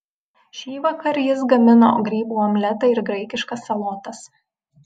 šįvakar jis gamino grybų omletą ir graikiškas salotas